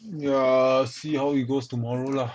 yeah see how it goes tomorrow lah